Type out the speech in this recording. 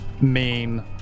main